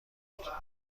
نبود